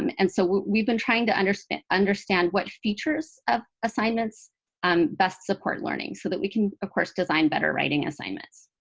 and so we've been trying to understand understand what features of assignments um best support learning so that we can, of course, design better writing assignments.